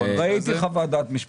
ראיתי חוות דעת משפטית.